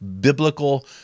biblical